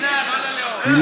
היא